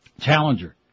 Challenger